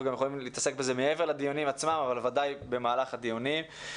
אנחנו יכולים לעסוק בזה גם מעבר לדיונים עצמם אבל ודאי במהלך הדיונים.